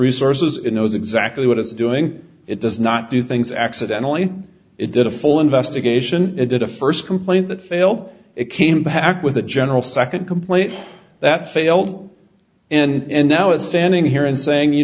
resources it knows exactly what it's doing it does not do things accidentally it did a full investigation it did a first complaint that failed it came back with a general second complaint that failed and now is standing here and saying you